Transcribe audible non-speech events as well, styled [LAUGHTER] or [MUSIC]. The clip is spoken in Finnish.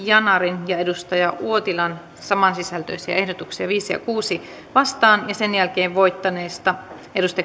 [UNINTELLIGIBLE] yanarin ja kari uotilan samansisältöisiä ehdotuksia viisi ja kuuteen vastaan sitten voittaneesta